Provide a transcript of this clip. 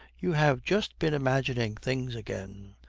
you have just been imagining things again.